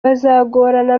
bizagorana